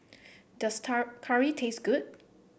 does curry taste good